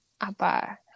apa